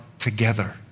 Together